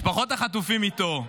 משפחות החטופים איתו,